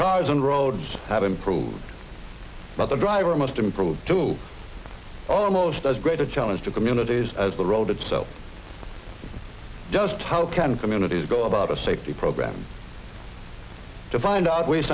cars and roads have improved but the driver must improve to almost as great a challenge to communities as the road itself just how can communities go about a safety program to find out ways